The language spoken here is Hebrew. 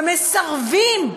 ומסרבים,